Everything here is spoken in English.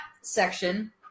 section